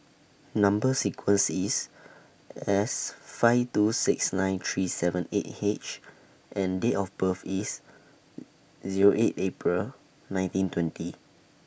Number sequence IS S five two six nine three seven eight H and Date of birth IS Zero eight April nineteen twenty